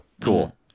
Cool